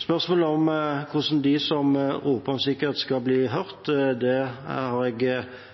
Spørsmålet om hvordan de som roper på sikkerhet, skal bli hørt, har jeg